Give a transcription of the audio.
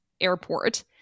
airport